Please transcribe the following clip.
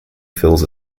fills